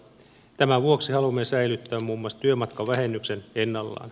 tämän vuoksi haluamme säilyttää muun muassa työmatkavähennyksen ennallaan